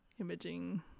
imaging